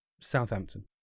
Southampton